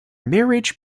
marriage